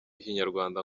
kinyarwanda